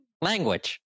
language